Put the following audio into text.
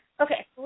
Okay